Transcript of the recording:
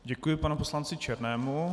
Děkuji panu poslanci Černému.